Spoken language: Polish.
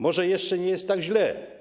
Może jeszcze nie jest tak źle.